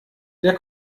der